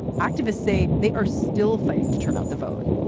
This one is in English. activists say they are still fighting to turn out the vote,